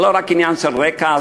זה לא רק עניין של רקע,